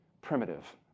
primitive